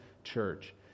church